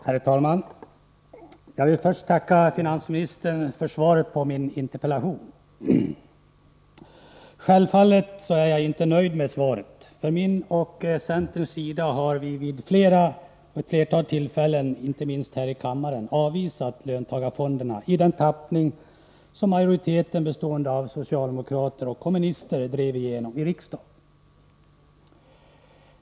Herr talman! Jag vill först tacka finansministern för svaret på min interpellation. Självfallet är jag inte nöjd med svaret. Från centerns sida har bl.a. jag vid flera tillfällen, inte minst här i kammaren, avvisat löntagarfondsförslaget, åtminstone i den tappning som en majoritet av socialdemokrater och kommunister drev igenom i riksdagen.